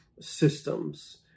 systems